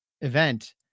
event